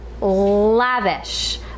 lavish